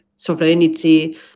Sovereignty